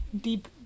deep